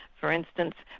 for instance,